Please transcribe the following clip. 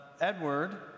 Edward